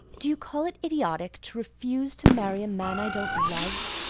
do you call it idiotic to refuse to marry a man i don't love?